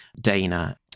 Dana